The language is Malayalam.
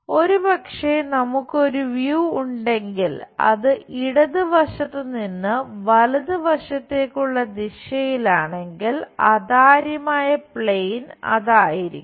ഒരുപക്ഷെ നമുക്ക് ഒരു വ്യൂ ഉണ്ടായിരിക്കും